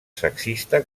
sexista